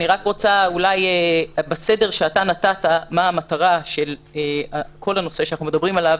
אני רק רוצה אולי בסדר שנתת מה המטרה של כל הנושא שאנחנו מדברים עליו,